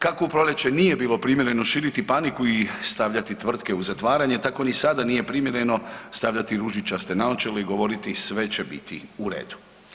Kako u proljeće nije bilo primjereno širiti paniku i stavljati tvrtke u zatvaranje tako ni sada nije primjereno stavljati ružičaste naočale i govoriti sve će biti u redu.